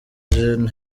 gen